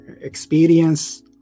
experience